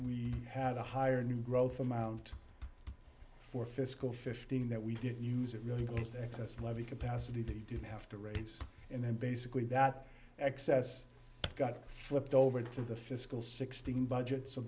we have a higher new growth amount for fiscal fifteen that we didn't use it really goes to excess levy capacity didn't have to raise and then basically that excess got flipped over to the fiscal sixteen budget so